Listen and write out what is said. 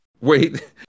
Wait